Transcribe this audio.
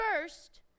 first